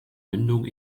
mündung